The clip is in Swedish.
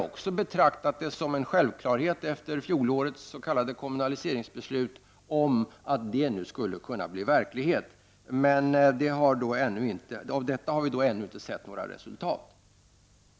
Vi har efter fjolårets s.k. kommunaliseringsbeslut betraktat det som en självklarhet att det skulle bli verklighet. Men av det har vi ännu inte sett några resultat.